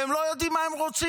והם לא יודעים מה הם רוצים.